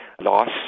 loss